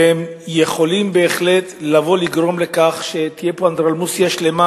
והם יכולים בהחלט לגרום לכך שתהיה פה אנדרלמוסיה שלמה